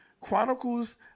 Chronicles